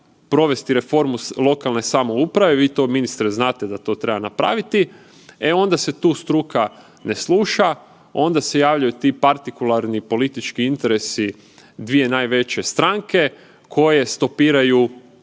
provesti reformu lokalne samouprave, vi to ministre znate da to treba napraviti, e onda se tu struka ne sluša, onda se javljaju ti partikularni politički interesi dvije najveće stranke koje stopiraju